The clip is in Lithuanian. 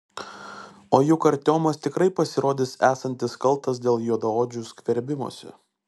o juk artiomas tikrai pasirodys esantis kaltas dėl juodaodžių skverbimosi